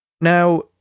Now